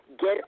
get